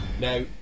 Now